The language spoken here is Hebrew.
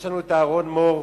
יש לנו את אהרן מור,